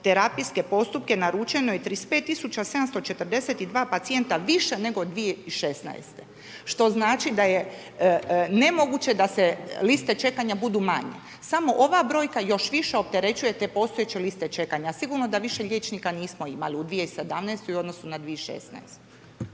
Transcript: terapijske postupke naručeno je 35742 pacijenta više nego 2016., što znači da je nemoguće da se liste čekanja budu manje. Samo ova brojka još više opterećuje te postojeće liste čekanja. Sigurno da više liječnika nismo imali u 2017. u odnosu na 2016.